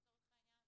לצורך העניין.